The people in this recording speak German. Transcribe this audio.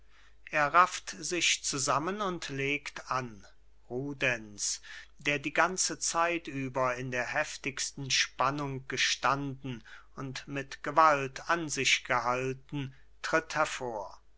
er rafft sich zusammen und legt an rudenz der die ganze zeit über in der heftigsten spannung gestanden und mit gewalt an sich gehalten tritt hervor